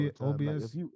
OBS